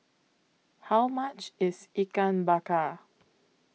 How much IS Ikan Bakar